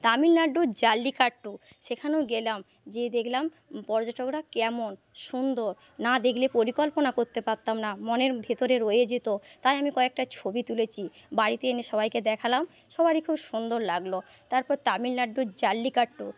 তামিলনাড়ুর জাল্লিকাট্টু সেখানেও গেলাম যেয়ে দেখলাম পর্যটকরা কেমন সুন্দর না দেখলে পরিকল্পনা করতে পারতাম না মনের ভেতরে রয়ে যেত তাই আমি কয়েকটা ছবি তুলেছি বাড়িতে এনে সবাইকে দেখালাম সবারই খুব সুন্দর লাগল তারপর তামিলনাড়ুর জাল্লিকাট্টু